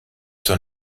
zur